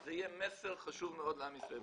זה יהיה מסר חשוב מאוד לעם ישראל.